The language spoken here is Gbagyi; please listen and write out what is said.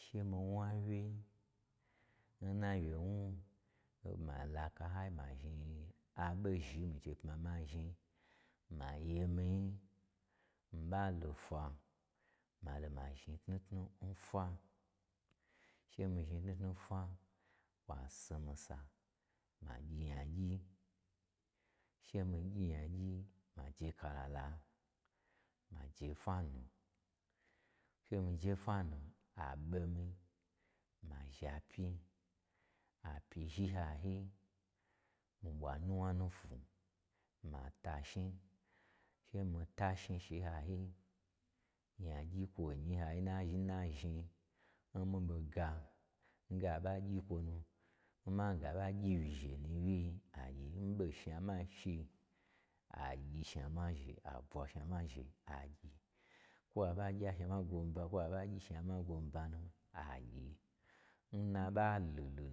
she mii wna wye, n na wyewnu, ma laka m hayi ma zhni aɓo zhin mii chei ma zhni, ma ye mii nyi, mii ɓa lo fwa, malo ma zhni tnutnu n fwa, she mii zhni tnutnu n fwa, kwa si mii sa ma gyi nyagyi, she mii gyi nyagyi ma je ka lala, ma je fwa nu, che mii je fwa nu a ɓo mii ma zha pyi, apyi zhin nhayi, mii ɓwa nuwna nu fwu, ma tashni, she mii tashni shi n hayi, nyagyi n kwo nyi n hayi n na zhni-n na, zhni n mii ɓoga, n ge a ɓa gyi kwo nu, n mange a ɓa gyi wyi zhe nu n wyi-i, a gyi, n mii ɓo n shnama shi, agyi shanama zhe, a bwa shnama zhe a gyi, kwo a ɓa gya shnama gwomba kwo a gyi shnama gwomba nu agyi, nna ɓa lulunu.